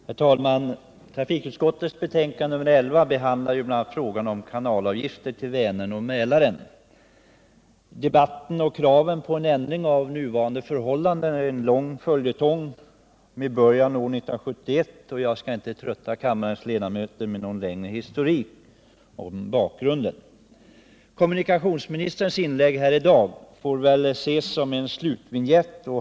Herr talman! Trafikutskottets betänkande nr 11 behandlar bl.a. frågan om kanalavgifter till Vänern och Mälaren. Debatten och kraven på ändring av nuvarande förhållanden är en lång följetong med början år 1971, och jag skall inte trötta kammarens ledamöter med någon längre historik eller med bakgrundsfakta. Kommunikationsministerns inlägg här i dag får väl ses som en slutvinjett.